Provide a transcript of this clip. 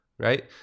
right